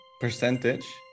Percentage